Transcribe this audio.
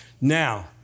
Now